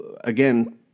again